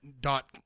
dot